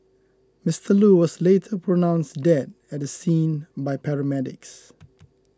Mister Loo was later pronounced dead at the scene by paramedics